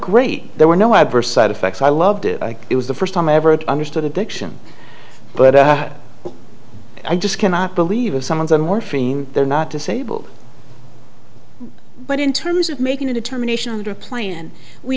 great there were no adverse side effects i loved it it was the first time ever it understood addiction but i just cannot believe if someone's on morpheme they're not disabled but in terms of making a determination plan we